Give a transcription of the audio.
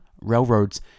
railroads